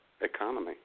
economy